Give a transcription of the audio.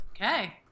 Okay